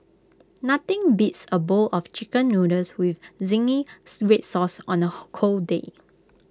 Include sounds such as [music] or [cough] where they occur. nothing beats A bowl of Chicken Noodles with zingies Red Sauce on A [unintelligible] cold day